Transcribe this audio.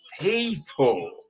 People